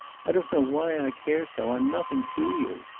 i don't know why i care so. i'm nothing to you.